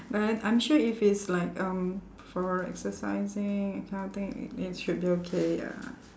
but I I'm sure if it's like um for exercising that kind of thing it it should be okay ya